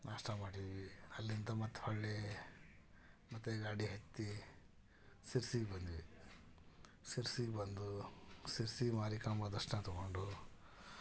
ನಾಷ್ಟ ಮಾಡಿದ್ವಿ ಅಲ್ಲಿಂದ ಮತ್ತು ಹಳ್ಳಿ ಮತ್ತು ಗಾಡಿ ಹತ್ತಿ ಶಿರಸಿಗೆ ಬಂದ್ವಿ ಶಿರಸಿಗೆ ಬಂದು ಶಿರಸಿ ಮಾರಿಕಾಂಬ ದರ್ಶನ ತಗೊಂಡು